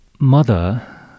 Mother